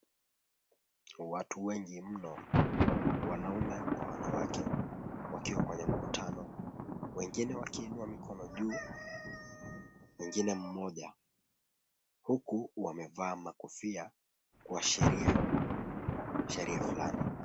Watu wengi mno, wanaume kwa wanawake, wakiwa kwenye mkutano, wengine wakiinua mikono juu, mwingine mmoja, huku wamevaa makofia kuashiria sheria flani.